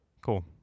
cool